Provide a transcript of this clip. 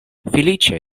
feliĉe